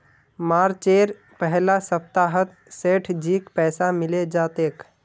मार्चेर पहला सप्ताहत सेठजीक पैसा मिले जा तेक